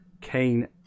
Kane